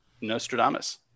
Nostradamus